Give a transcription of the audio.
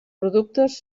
productes